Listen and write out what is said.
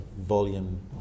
volume